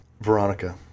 Veronica